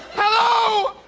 hello?